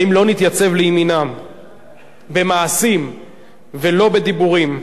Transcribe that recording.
האם לא נתייצב לימינם במעשים ולא בדיבורים?